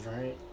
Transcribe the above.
right